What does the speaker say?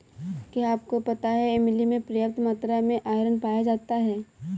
क्या आपको पता है इमली में पर्याप्त मात्रा में आयरन पाया जाता है?